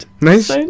Nice